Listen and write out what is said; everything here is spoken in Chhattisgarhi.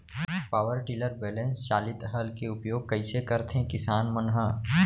पावर टिलर बैलेंस चालित हल के उपयोग कइसे करथें किसान मन ह?